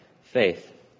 faith